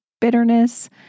bitterness